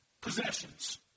possessions